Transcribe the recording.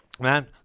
Man